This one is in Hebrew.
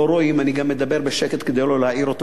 אני גם מדבר בשקט כדי לא להעיר אותו מתרדמתו.